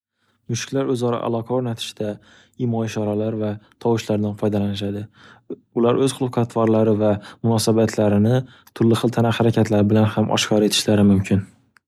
Mushklar o'zaro aloqa o'rnatishda imo ishoralar va tovushlardan foydalanishadi. Ular o'z huquqatvorlari va munosabatlarini turli xil tana harakatlar bilan ham oshkor etishlari mumkin.